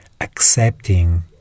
accepting